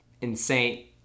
insane